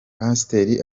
pasiteri